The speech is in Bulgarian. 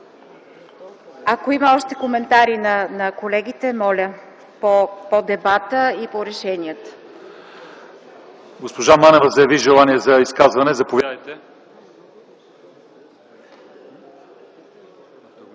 Ако има още коментари на колегите, моля – по дебата и по решенията.